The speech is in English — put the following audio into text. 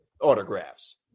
autographs